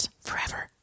Forever